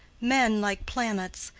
men, like planets,